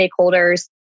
stakeholders